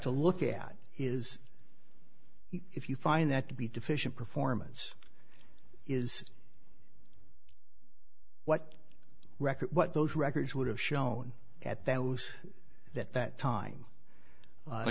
to look at is if you find that to be deficient performance is what record what those records would have shown at that was at that time